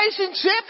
relationship